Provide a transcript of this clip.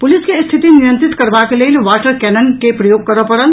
police के स्थिति नियंत्रित करबाक लेल वाटर कैनन आ बल प्रयोग करऽ पड़ल